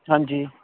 ਹਾਂਜੀ